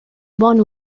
bon